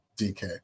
DK